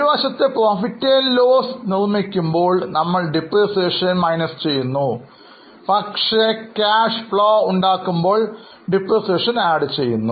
ഒരുവശത്ത് PL നിർമ്മിക്കുമ്പോൾ നമ്മൾ Depreciation കുറയ്ക്കുന്നു പക്ഷേ Cash flow നിർമ്മിക്കുമ്പോൾ നമ്മൾ Depreciation ആഡ് ചെയ്യുന്നു